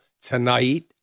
Tonight